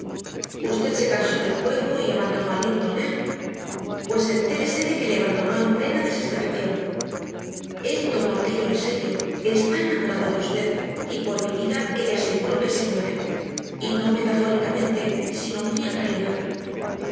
usted se cansó del juego y abandonó a linton eh pues entérese de que le abandonó en plena desesperación él tomó aquello en serio está enamorado de usted y por mi vida que le aseguro que se muere y no metafóricamente sino muy en realidad